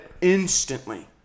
instantly